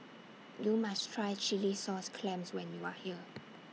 YOU must Try Chilli Sauce Clams when YOU Are here